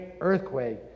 earthquake